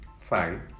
Fine